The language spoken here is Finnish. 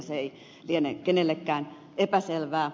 se ei liene kenellekään epäselvää